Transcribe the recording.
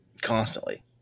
constantly